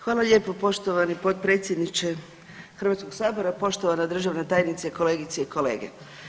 Hvala lijepo poštovani potpredsjedniče Hrvatskog sabora, poštovana državna tajnice, kolegice i kolege.